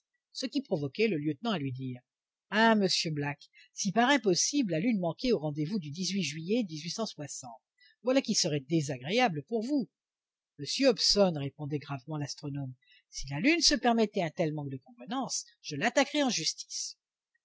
ce qui provoquait le lieutenant à lui dire hein monsieur black si par impossible la lune manquait au rendez-vous du juillet voilà qui serait désagréable pour vous monsieur hobson répondait gravement l'astronome si la lune se permettait un tel manque de convenances je l'attaquerais en justice